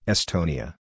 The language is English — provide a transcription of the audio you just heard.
Estonia